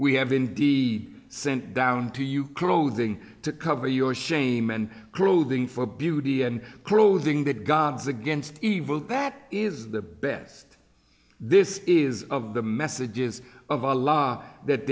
we have indeed we sent down to you clothing to cover your shame and proving for beauty and clothing that god's against evil that is the best this is of the messages of our law that